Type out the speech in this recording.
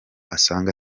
asange